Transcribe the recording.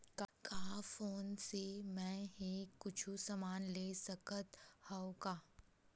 का फोन से मै हे कुछु समान ले सकत हाव का?